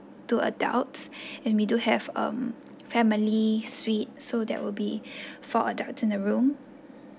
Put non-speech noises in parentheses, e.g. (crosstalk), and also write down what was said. two adults (breath) and we do have um family suite so that will be (breath) four adults in the room